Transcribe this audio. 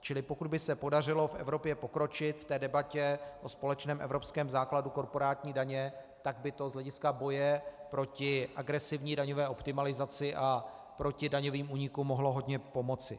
Čili pokud by se podařilo v Evropě pokročit v té debatě o společném evropském základu korporátní daně, tak by to z hlediska boje proti agresivní daňové optimalizaci a proti daňovým únikům mohlo hodně pomoci.